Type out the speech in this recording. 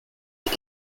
les